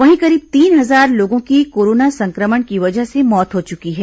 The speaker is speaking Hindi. वहीं करीब तीन हजार लोगों की कोरोना संक्रमण की वजह से मौत हो चुकी है